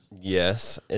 Yes